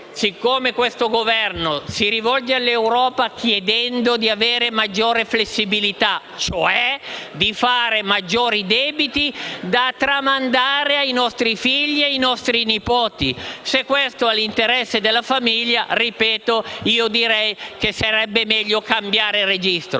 questo Governo si rivolge all'Europa chiedendo di avere maggiore flessibilità, cioè di fare maggiori debiti da tramandare ai nostri figli e ai nostri nipoti. Se questo è l'interesse per la famiglia, ripeto, sarebbe meglio cambiare registro.